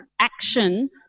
action